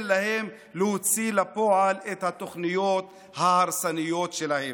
להם להוציא לפועל את התוכניות ההרסניות שלהם.